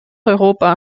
europa